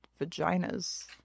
vaginas